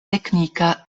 teknika